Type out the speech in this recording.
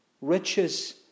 Riches